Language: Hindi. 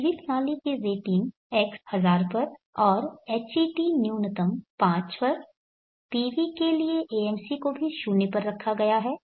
PV प्रणाली की रेटिंग x 1000 पर और Hat न्यूनतम 5 पर PV के लिए AMC को भी 0 पर रखा गया है